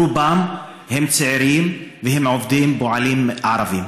רובם הם צעירים והם פועלים ערבים,